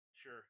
Sure